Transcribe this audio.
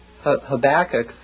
Habakkuk